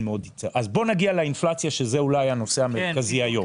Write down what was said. בואו נגיע לאינפלציה, שזה אולי הנושא המרכזי היום.